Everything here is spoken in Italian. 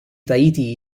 tahiti